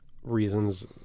reasons